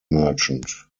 merchant